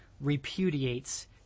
repudiates